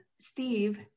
steve